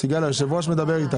על מה אתה מדבר?